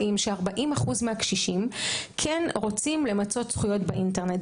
מראים ש-40 אחוז מהקשישים כן רוצים למצות זכויות באינטרנט.